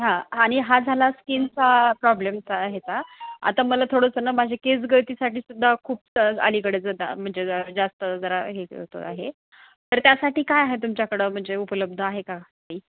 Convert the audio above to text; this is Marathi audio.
हां आणि हा झाला स्कीनचा प्रॉब्लेमचा ह्याचा आता मला थोडंसं ना माझ्या केस गळतीसाठी सुद्धा खूप स आलीकडेच आता म्हणजे ज जास्त जरा हे होतो आहे तर त्यासाठी काय आहे तुमच्याकडं म्हणजे उपलब्ध आहे का काही